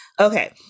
Okay